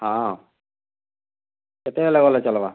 ହଁ କେତେ ହେଲେ ବେଲେ ଚଲ୍ବା